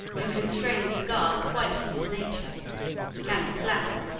and constrains the garb quite from his nature he cannot flatter,